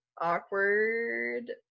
awkward